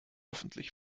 öffentlich